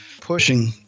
pushing